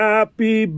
Happy